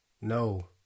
No